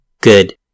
good